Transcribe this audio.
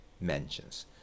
mentions